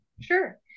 sure